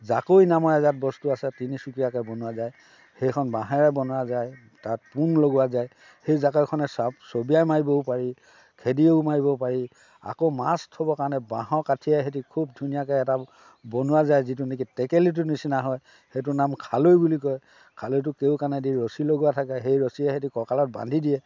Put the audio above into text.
জাকৈ নামৰ এজাত বস্তু আছে তিনিচুকীয়াকে বনোৱা যায় সেইখন বাঁহেৰে বনোৱা যায় তাত পোং লগোৱা যায় সেই জাকৈখনেৰে চবিয়াই মাৰিব পাৰি খেদিও মাৰিব পাৰি আকৌ মাছ থ'বৰ কাৰণে বাঁহৰ কাঠিৰেহেতি খুব ধুনীয়াকৈ এটা বনোৱা যায় যিটো নেকি টেকেলিটোৰ নিচিনা হয় সেইটোৰ নাম খালৈ বুলি কয় খালৈটোৰ কেও কাণেদি ৰচি লগোৱা হয় সেই ৰচিৰেহেতি কঁকালত বান্ধি দিয়ে